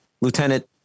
Lieutenant